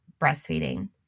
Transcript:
breastfeeding